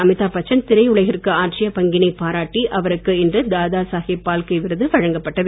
அமிதாப் பச்சன் திரையுலகிற்கு ஆற்றிய பங்கினை பாராட்டி அவருக்கு இன்று தாதாசாகேப் பால்கே விருது வழங்கப்பட்டது